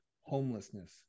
homelessness